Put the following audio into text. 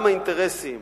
גם האינטרסים